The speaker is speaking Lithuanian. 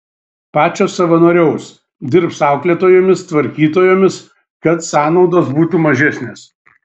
pačios savanoriaus dirbs auklėtojomis tvarkytojomis kad sąnaudos būtų mažesnės